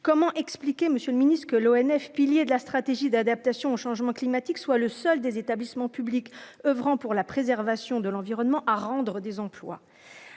comment expliquez, monsieur le Ministre que l'ONF, piliers de la stratégie d'adaptation au changement climatique soit le seul des établissements publics, oeuvrant pour la préservation de l'environnement à rendre des emplois